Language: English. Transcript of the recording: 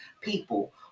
people